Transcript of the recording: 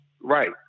right